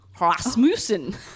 Rasmussen